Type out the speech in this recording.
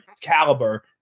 caliber